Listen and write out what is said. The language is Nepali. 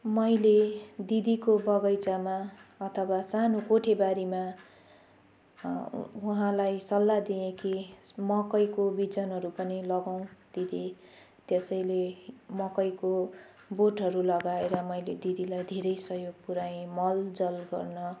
मैले दिदीको बगैँचामा अथवा सानो कोठेबारीमा उहाँलाई सल्लाह दिएँ कि मकैको बिजनहरू पनि लगाऊँ दिदी त्यसैले मकैको बोटहरू लगाएर मैले दिदीलाई धेरै सहयोग पुऱ्याएँ मल जल गर्न